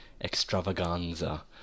extravaganza